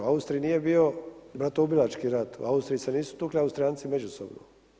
U Austriji nije bio bratoubilački rat, u Austriji se nisu tukli Austrijanci međusobno.